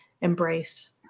embrace